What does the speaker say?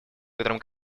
котором